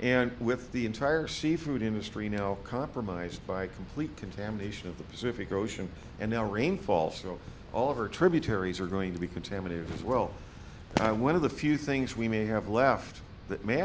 and with the entire seafood industry now compromised by complete contamination of the pacific ocean and now rainfall so all over tributaries are going to be contaminated as well and one of the few things we may have left that may